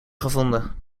gevonden